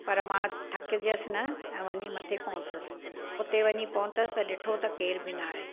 पर मां थकिजसि न ऐं वञी मथे पहुतसि उते वञी पहुतसि त ॾिठो त केर बि न आहे